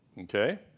Okay